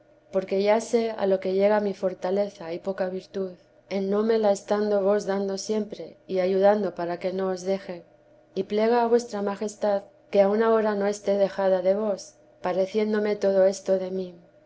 porque ya sé a lo que llega mi fortaleza y poca virtud en no me la estando vos dando siempre y ayudando para que no os deje y plega a vuestra majestad que aun ahora no esté dejada de vos pareciéndome todo esto de mí